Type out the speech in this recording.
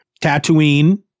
Tatooine